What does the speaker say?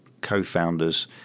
co-founders